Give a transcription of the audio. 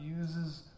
uses